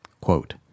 Quote